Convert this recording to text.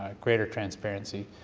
ah greater transparency,